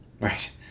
Right